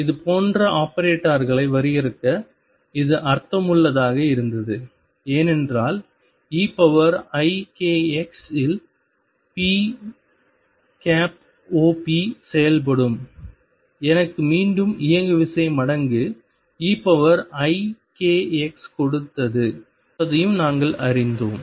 இது போன்ற ஆபரேட்டர்களை வரையறுக்க இது அர்த்தமுள்ளதாக இருந்தது ஏனென்றால் eikx இல் pop செயல்படும் எனக்கு மீண்டும் இயங்குவிசை மடங்கு eikx கொடுத்தது என்பதையும் நாங்கள் அறிந்தோம்